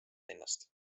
linnast